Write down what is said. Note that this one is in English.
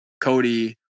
Cody